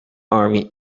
army